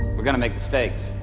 we're gonna make mistakes